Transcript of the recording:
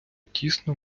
тісно